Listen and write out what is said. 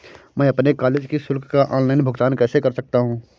मैं अपने कॉलेज की शुल्क का ऑनलाइन भुगतान कैसे कर सकता हूँ?